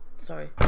Sorry